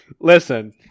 Listen